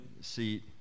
seat